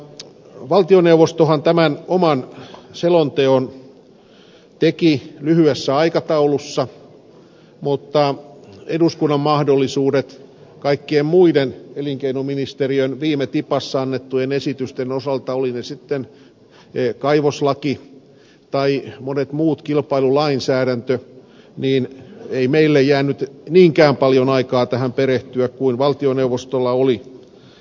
valtioneuvostohan tämän selonteon teki lyhyessä aikataulussa mutta kaikkien muiden elinkeinoministeriön viime tipassa antamien esitysten ohella kaivoslaki tai monet muut kilpailulainsäädäntö meille ei jäänyt niinkään paljon aikaa tähän perehtyä kuin valtioneuvostolla oli